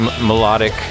melodic